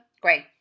Great